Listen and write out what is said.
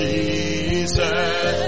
Jesus